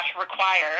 require